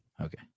Okay